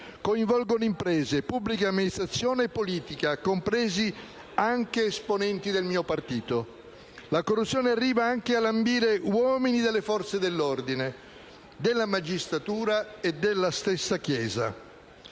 coinvolgono imprese, pubblica amministrazione e politica, compresi esponenti del mio partito. La corruzione arriva anche a lambire uomini delle Forze dell'ordine, della magistratura e della Chiesa.